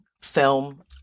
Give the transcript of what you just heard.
film